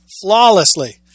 Flawlessly